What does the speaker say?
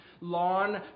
lawn